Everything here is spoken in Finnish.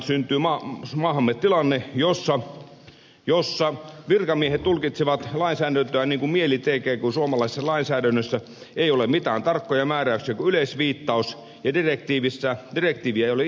muutenhan syntyy maahamme tilanne jossa virkamiehet tulkitsevat lainsäädäntöä niin kuin mieli tekee kun suomalaisessa lainsäädännössä ei ole mitään tarkkoja määräyksiä vaan vain yleisviittaus ja direktiiviä ei ole implementoitu